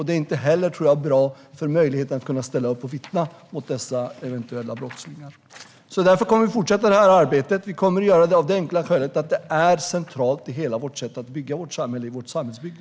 Det är inte heller bra för möjligheten att få någon att ställa upp och vittna mot de eventuella brottslingarna. Därför kommer vi att fortsätta detta arbete. Vi kommer att göra det av det enkla skälet att det är centralt i hela vårt samhällsbygge.